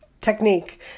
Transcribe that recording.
technique